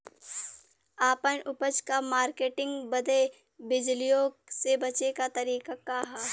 आपन उपज क मार्केटिंग बदे बिचौलियों से बचे क तरीका का ह?